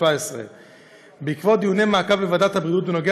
התשע"ז 2017. עקבות דיוני מעקב בוועדת הבריאות בנוגע